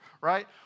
right